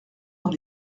dans